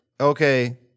Okay